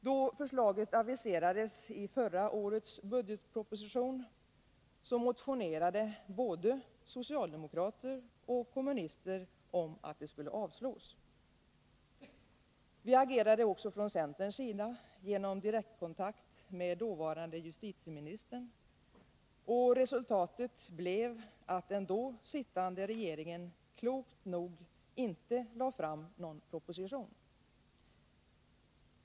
Då förslaget aviserades i förra årets budgetproposition motionerade både socialdemokrater och kommunister om att det skulle avslås. Vi agerade också från centerns sida genom direktkontakt med dåvarande justitieministern, och resultatet blev att den då sittande regeringen klokt nog inte lade fram någon proposition.